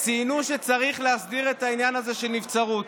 ציינו שצריך להסדיר את העניין הזה של נבצרות.